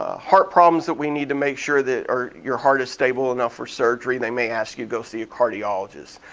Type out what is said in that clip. ah heart problems that we need to make sure that your heart is stable enough for surgery, they may ask you to go see a cardiologist.